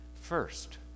First